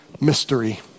mystery